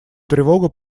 тревогу